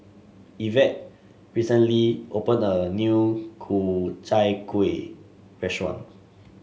Evette recently opened a new Ku Chai Kuih Restaurant